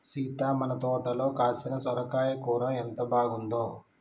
సీత మన తోటలో కాసిన సొరకాయ కూర ఎంత బాగుందో